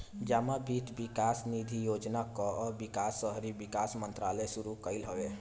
जमा वित्त विकास निधि योजना कअ विकास शहरी विकास मंत्रालय शुरू कईले हवे